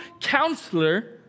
counselor